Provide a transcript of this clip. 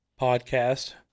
podcast